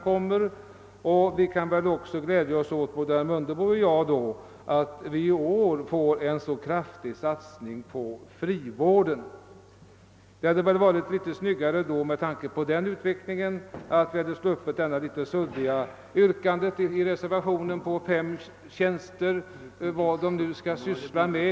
Då bör väl herr Mundebo liksom jag kunna glädja sig åt den kraftiga satsningen i år på frivården, och då tycker jag det hade varit snyggare om vi hade sluppit det något suddiga yrkandet i reservationen 5 a om inrättande av ytterligare fem tjänster i kriminalvårdsstyrelsen — vad de tjänstemännen nu skulle syssla med.